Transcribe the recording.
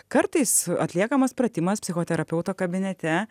kartais atliekamas pratimas psichoterapeuto kabinete